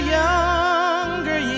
younger